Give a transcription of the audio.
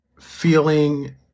feeling